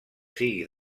sigui